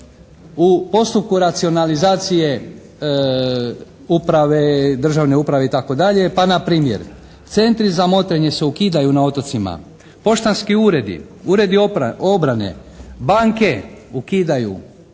u postupku racionalizacije uprave, državne uprave itd. Pa npr. centri za motrenje se ukidaju na otocima, poštanski uredi, uredi obrane, banke ukidaju,